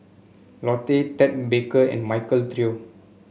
Lotte Ted Baker and Michael Trio